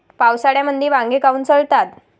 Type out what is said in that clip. पावसाळ्यामंदी वांगे काऊन सडतात?